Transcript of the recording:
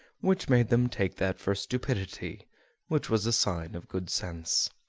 which made them take that for stupidity which was a sign of good sense.